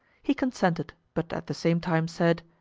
he consented, but at the same time said,